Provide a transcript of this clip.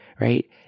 right